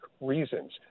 reasons